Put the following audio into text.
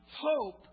hope